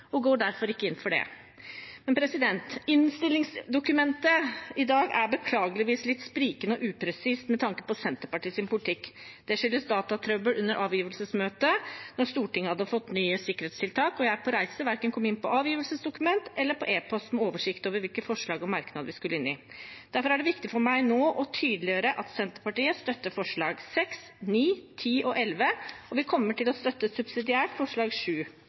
og går derfor ikke inn for det. Innstillingsdokumentet i dag er beklageligvis litt sprikende og upresist med tanke på Senterpartiets politikk. Det skyldes datatrøbbel under avgivelsesmøtet, da Stortinget hadde fått nye sikkerhetstiltak og jeg på reise verken kom inn på avgivelsesdokument eller på e-post med oversikt over hvilke forslag og merknader vi skulle inn i. Derfor er det viktig for meg nå å tydeliggjøre at Senterpartiet støtter forslagene nr. 6, 9, 10 og 11, og vi kommer til å støtte forslag nr. 7 subsidiært